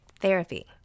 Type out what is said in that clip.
therapy